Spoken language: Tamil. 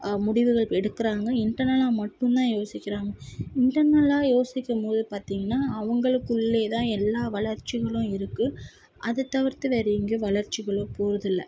முடிவுகள் எடுக்குறாங்க இன்டர்னல்லாக மட்டும் தான் யோசிக்கிறாங்க இன்டர்னல்லாக யோசிக்கும் போது பார்த்தீங்கன்னா அவங்களுக்குள்ளே தான் எல்லா வளர்ச்சிகளும் இருக்கு அது தவிர்த்து வேறு எங்கேயும் வளர்ச்சிகளும் போகறது இல்லை